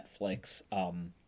Netflix